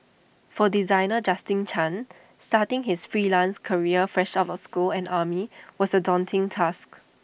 for designer Justin chan starting his freelance career fresh out of school and army was A daunting task